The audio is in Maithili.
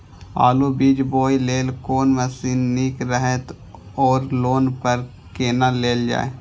आलु बीज बोय लेल कोन मशीन निक रहैत ओर लोन पर केना लेल जाय?